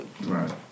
Right